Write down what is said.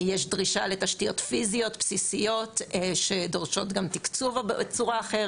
יש דרישה לתשתיות פיזיות בסיסיות שדורשות גם תקצוב בצורה אחרת,